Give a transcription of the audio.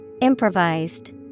Improvised